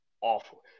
awful